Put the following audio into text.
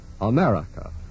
America